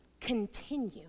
continue